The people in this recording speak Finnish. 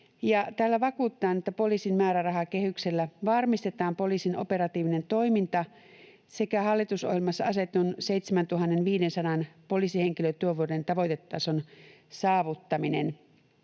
täällä vakuutetaan, että poliisin määrärahakehyksellä varmistetaan poliisin operatiivinen toiminta sekä hallitusohjelmassa asetetun 7 500 poliisihenkilötyövuoden tavoitetason saavuttaminen.